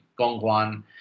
Gongguan